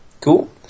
cool